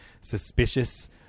suspicious